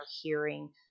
hearing